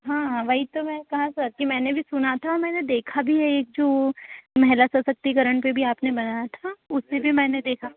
हाँ वही तो मैंने कहा सर कि मैंने भी सुना था मैंने देखा भी है एक जो महिला सशक्तिकरण पर भी आपने बनाया था उसे भी मैंने देखा